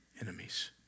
enemies